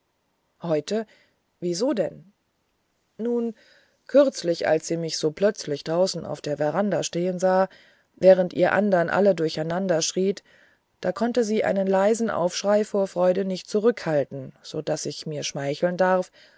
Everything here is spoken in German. heute wie so denn nun kürzlich als sie mich so plötzlich draußen auf der veranda stehen sah während ihr anderen alle durcheinander schriet da konnte sie einen leisen aufschrei vor freude nicht zurückhalten so daß ich mir schmeicheln darf